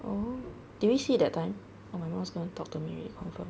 oh did you see that time oh my mum's gonna talk to me already confirm